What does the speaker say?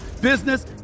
business